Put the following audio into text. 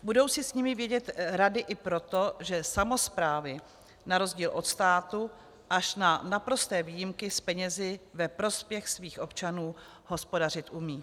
Budou si s nimi vědět rady i proto, že samosprávy na rozdíl od státu až na naprosté výjimky s penězi ve prospěch svých občanů hospodařit umějí.